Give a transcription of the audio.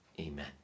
Amen